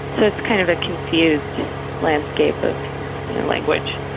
but kind of a confused landscape of language.